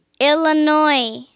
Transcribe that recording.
Illinois